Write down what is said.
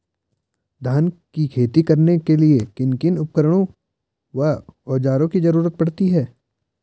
धान की खेती करने के लिए किन किन उपकरणों व औज़ारों की जरूरत पड़ती है?